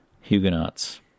Huguenots